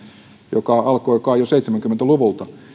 joka alkoi kai jo seitsemänkymmentä luvulla